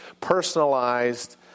personalized